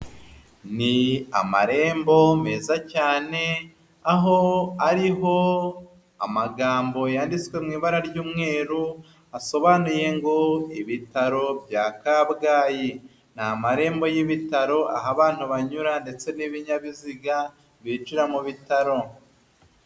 Ni amarembo meza cyane, aho ariho amagambo yanditswe mu ibara ry'umweru, asobanuye ngo ibitaro bya Kabgayi. Ni amarembo y'ibitaro aho abantu banyura ndetse n'ibinyabiziga binjira mu bitaro.